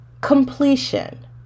completion